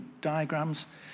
diagrams